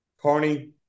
Carney